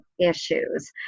issues